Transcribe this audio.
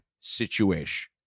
situation